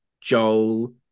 Joel